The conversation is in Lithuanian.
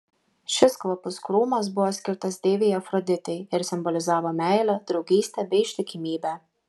šis kvapus krūmas buvo skirtas deivei afroditei ir simbolizavo meilę draugystę bei ištikimybę